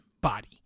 body